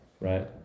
Right